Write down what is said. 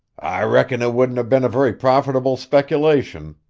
i reckon it wouldn't have been a very profitable speculation,